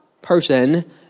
person